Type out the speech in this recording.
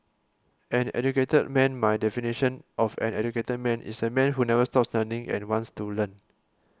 an educated man my definition of an educated man is a man who never stops learning and wants to learn